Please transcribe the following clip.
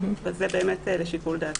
זה באמת לשיקול דעתכם.